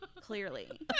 Clearly